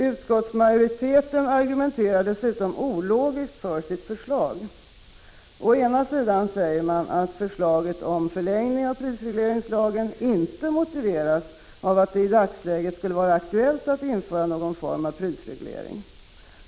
Utskottsmajoriteten argumenterar dessutom ologiskt för sitt förslag. Å ena sidan säger man att förslaget om förlängning av prisregleringslagen inte motiveras av att det i dagsläget skulle vara aktuellt att införa någon form av prisreglering.